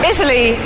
Italy